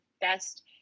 best